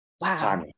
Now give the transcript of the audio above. wow